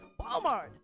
Walmart